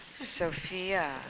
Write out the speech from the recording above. Sophia